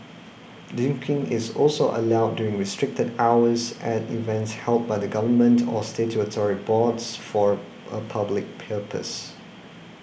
drinking is also allowed during restricted hours at events held by the Government or statutory boards for a a public purpose